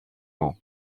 nom